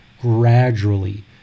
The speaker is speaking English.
gradually